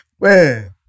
Man